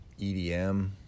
EDM